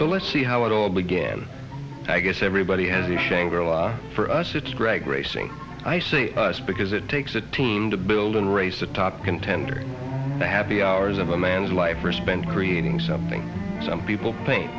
so let's see how it all began i guess everybody has a shangri la for us it's drag racing i us because it takes a team to build and race a top contender the happy hours of a man's life are spent creating something some people